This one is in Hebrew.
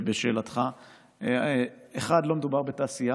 בשאלתך, ראשית, לא מדובר בתעשייה.